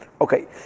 Okay